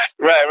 right